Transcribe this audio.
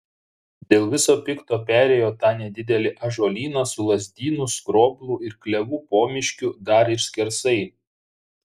dėl viso pikto perėjo tą nedidelį ąžuolyną su lazdynų skroblų ir klevų pomiškiu dar ir skersai